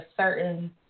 certain